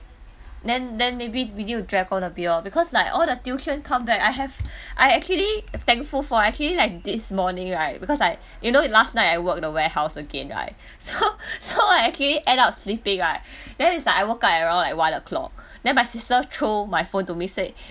then then maybe because like all the tuition come back I have I actually thankful for I actually like this morning right because I you know last night I work the warehouse again right so so I actually end up sleeping right then it's like I woke up at around at one o'clock then my sister throw my phone to me said